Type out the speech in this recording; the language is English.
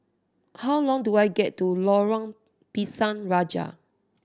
how long do I get to Lorong Pisang Raja